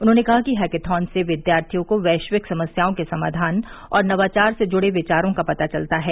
उन्होंने कहा कि हैकेथॉन से विद्यार्थियों को वैश्विक समस्याओं के समाधान और नवाचार से जुड़े विचारों का पता चलता है